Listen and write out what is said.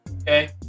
okay